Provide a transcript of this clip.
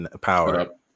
power